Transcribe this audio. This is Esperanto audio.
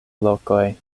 lokoj